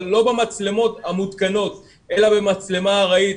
אבל לא במצלמות המותקנות אלא במצלמה ארעית.